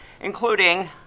including